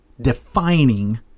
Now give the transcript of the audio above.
defining